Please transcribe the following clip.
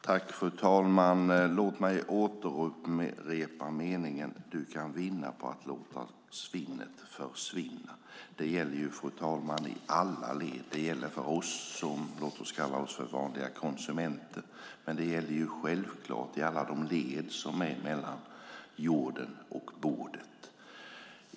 Fru talman! Låt mig upprepa meningen: Du kan vinna på att låta svinnet försvinna. Det gäller i alla led. Det gäller för oss konsumenter och självklart i alla led mellan jord och bord.